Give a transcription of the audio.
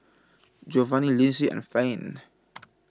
Jovanni Lindsay and Finn